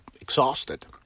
exhausted